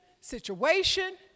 situation